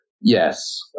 yes